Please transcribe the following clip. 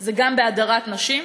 זה גם בהדרת נשים.